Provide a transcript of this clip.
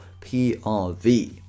PRV